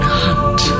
hunt